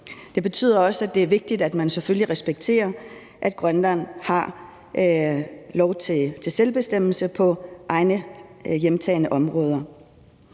Det betyder også, at det er vigtigt, at man selvfølgelig respekterer, at Grønland har lov til selvbestemmelse på egne hjemtagne områder.